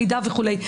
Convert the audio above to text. מידע וכולי.